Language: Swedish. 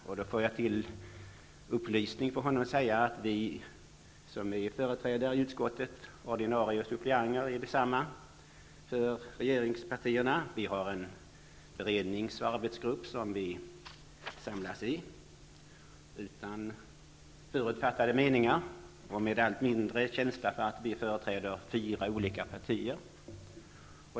Som en upplysning till Jarl Lander får jag säga att vi som i utskottet är företrädare, ordinarie och suppleanter, för regeringspartierna har en berednings och arbetsgrupp som vi samlas i, utan förutfattade meningar och med allt mindre känsla av att vi företräder fyra olika partier.